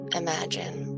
imagine